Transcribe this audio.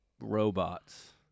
robots